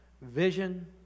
vision